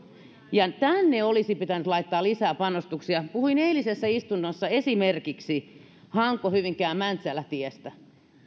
ja tänne olisi pitänyt laittaa lisää panostuksia puhuin eilisessä istunnossa esimerkiksi hanko hyvinkää mäntsälä tiestä